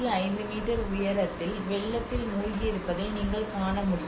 5 metre உயரத்தில் வெள்ளத்தில் மூழ்கியிருப்பதை நீங்கள் காண முடியும்